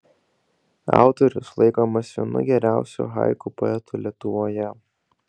autorius laikomas vienu geriausiu haiku poetų lietuvoje